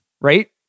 right